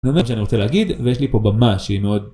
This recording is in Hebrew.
זה מה שאני רוצה להגיד ויש לי פה במה שהיא מאוד...